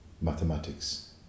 mathematics